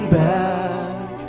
back